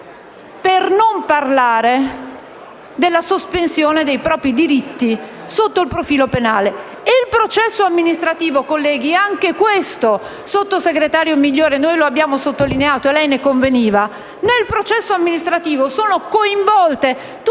Per non parlare della sospensione dei propri diritti sotto il profilo penale. Anche il seguente punto, sottosegretario Migliore, noi lo abbiamo sottolineato e lei ne conveniva. Nel processo amministrativo sono coinvolte tutte quelle